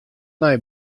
nij